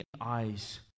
eyes